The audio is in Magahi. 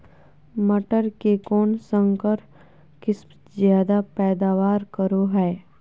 मटर के कौन संकर किस्म जायदा पैदावार करो है?